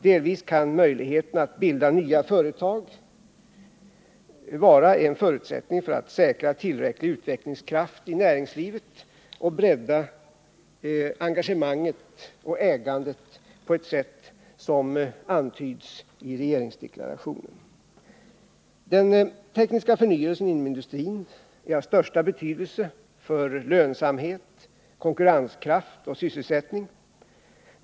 Delvis kan möjligheterna att bilda nya företag vara en förutsättning för att säkra tillräcklig utvecklingskraft i näringslivet och bredda engagemanget och ägandet på ett sätt som antyds i regeringsdeklarationen. Den tekniska förnyelsen inom industrin är av största betydelse för lönsamhet, konkurrenskraft och sysselsättning.